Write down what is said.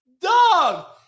Dog